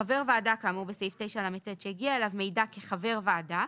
סודיות 9מא. חבר ועדה כאמור בסעיף 9לט שהגיע אליו מידע כחבר ועדה,